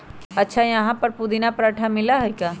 अच्छा यहाँ पर पुदीना पराठा मिला हई?